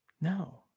no